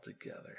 together